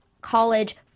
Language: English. college